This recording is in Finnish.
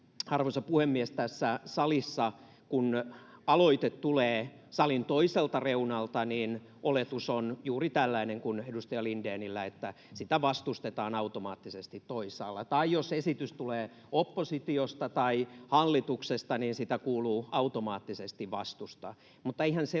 arvoisa puhemies, tässä salissa, kun aloite tulee salin toiselta reunalta, oletus on juuri tällainen kuin edustaja Lindénillä, että sitä vastustetaan automaattisesti toisaalla, tai jos esitys tulee oppositiosta tai hallituksesta, niin sitä kuuluu automaattisesti vastustaa.